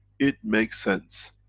it makes sense!